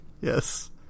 yes